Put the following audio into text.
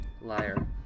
Liar